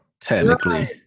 technically